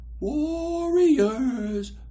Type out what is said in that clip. Warriors